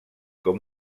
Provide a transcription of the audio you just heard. com